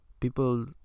people